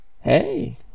hey